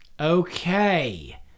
Okay